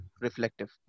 reflective